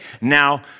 Now